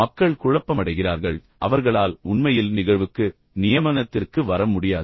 மக்கள் குழப்பமடைகிறார்கள் பின்னர் அவர்களால் உண்மையில் நிகழ்வுக்கு நியமனத்திற்கு வர முடியாது